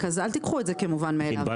אז אל תיקחו את זה כמובן מאליו.